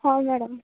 ହଉ ମ୍ୟାଡ଼ାମ୍